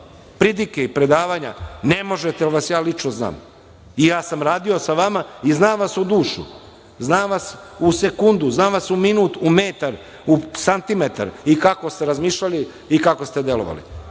pridike i predavanja ne možete, jel vas ja lično znam i ja sam radio sa vama i znam vas u dušu, znam vas u sekundu, znam vas u minut, u metar, u santimetar i kako ste razmišljali i kako ste delovali.